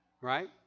right